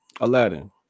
Aladdin